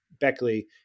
Beckley